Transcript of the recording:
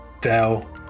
Dell